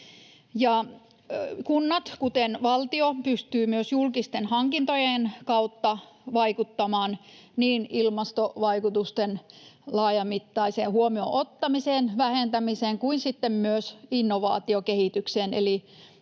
Kunnat, kuten valtio, pystyvät myös julkisten hankintojen kautta vaikuttamaan niin ilmastovaikutusten laajamittaiseen huomioon ottamiseen, vähentämiseen kuin sitten myös innovaatiokehitykseen,